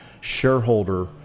shareholder